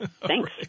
Thanks